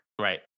Right